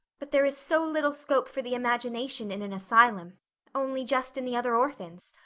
but there is so little scope for the imagination in an asylum only just in the other orphans.